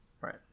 Right